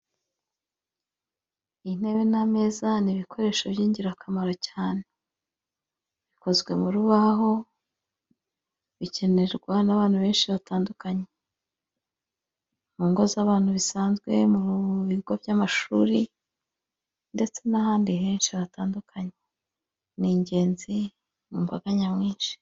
Intebe n'ameza ni ibikoresho by'ingirakamaro cyane, bikozwe mu rubaho bikenerwa n'abantu benshi batandukanye, mu ngo z'abantu bisanzwe, mu bigo by'amashuri ndetse n'ahandi henshi hatandukanye, ni ingenzi mu mbaga nyamwinshi.